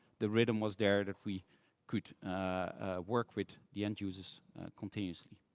the rhythm was there that we could work with the end-users continuously.